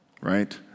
right